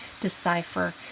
decipher